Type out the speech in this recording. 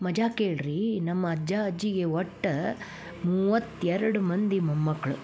ಮಜಾ ಕೇಳಿರಿ ನಮ್ಮ ಅಜ್ಜ ಅಜ್ಜಿಗೆ ಒಟ್ಟು ಮೂವತ್ತೆರಡು ಮಂದಿ ಮೊಮ್ಮಕ್ಳು